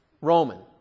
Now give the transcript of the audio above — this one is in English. Roman